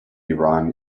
iran